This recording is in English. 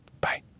bye